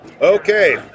Okay